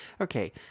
Okay